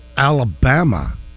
Alabama